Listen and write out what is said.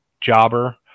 jobber